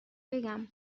بگم